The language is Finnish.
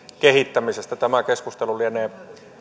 kehittämisestä tämä keskustelu lienee